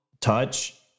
touch